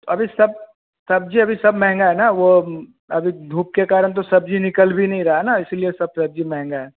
अभी सब सब्ज़ी अभी सब महँगा है ना वह अभी धूप के कारण तो सब्ज़ी निकल भी नहीं रहा है ना इसीलिए सब सब्ज़ी महँगा है